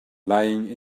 lying